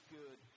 good